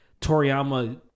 Toriyama